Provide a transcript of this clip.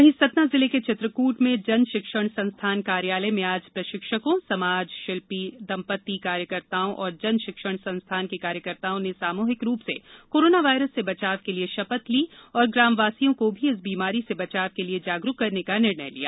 वहीं सतना जिले के चित्रकूट में जन शिक्षण संस्थान कार्यालय में आज प्रशिक्षकों समाज शिल्पी दंपति कार्यकर्ताओं और जन शिक्षण संस्थान के कार्यकर्ताओं ने सामूहिक रूप से कोरोनावायरस से बचाव के लिए शपथ ली तथा ग्रामवासियों को भी इस बीमारी से बचाव के लिएजागरूक करने का निर्णय लिया